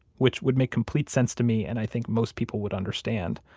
which would made complete sense to me, and i think most people would understand.